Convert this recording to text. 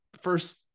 first